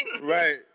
Right